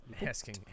Asking